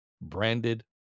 branded